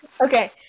Okay